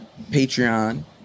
Patreon